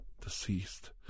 deceased